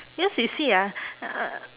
cause you see ah uh